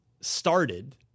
started